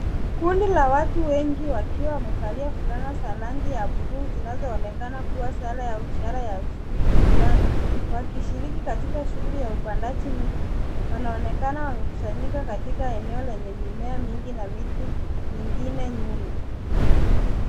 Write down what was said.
Kundi la watu wengi wakiwa wamevalia fulana za rangi ya bluu zinazoonekana kuwa sare au ishara ya kliniki fulani wakishiriki katika shughuli ya upandaji miti. Wanaonekana wamekusanyika katika eneo lenye mimea mingi na miti mingine nyuma.